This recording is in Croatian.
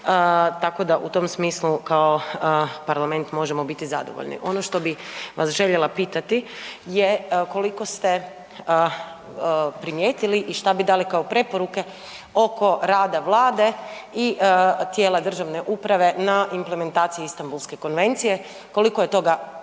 tako da u tom smislu kao parlament možemo biti zadovoljni. Ono što bi vas željela pitati je koliko ste primijetili i šta bi dali kao preporuke oko rada Vlade i tijela državne uprave na implementaciju Istanbulske konvencije, koliko je toga napravljeno,